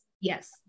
Yes